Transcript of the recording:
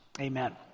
Amen